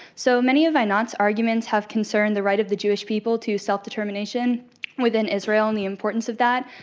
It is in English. so, many of einat's arguments have concerned the right of the jewish people to self-determination within israel and the importance of that.